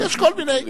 יש כל מיני.